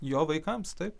jo vaikams taip